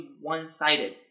one-sided